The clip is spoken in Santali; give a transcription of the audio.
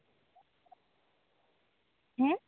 ᱦᱮᱸ